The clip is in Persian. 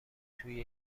توی